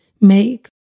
make